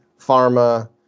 Pharma